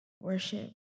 worship